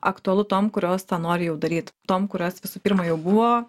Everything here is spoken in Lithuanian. aktualu tom kurios tą nori jau daryt tom kurios visų pirma jau buvo